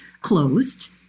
closed